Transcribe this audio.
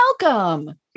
Welcome